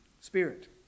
Spirit